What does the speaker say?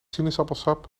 sinaasappelsap